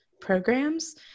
programs